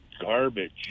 garbage